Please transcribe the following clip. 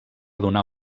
donar